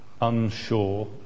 unsure